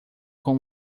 com